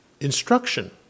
instruction